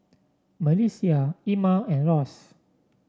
MelissiA Ima and Ross